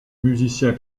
musicien